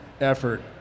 effort